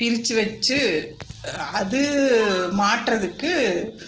பிரிச்சு வச்சு அது மாட்டுறதுக்கு